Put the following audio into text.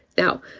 now,